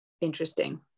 Interesting